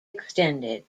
extended